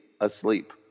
asleep